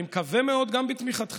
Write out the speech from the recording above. אני מקווה מאוד גם בתמיכתכם,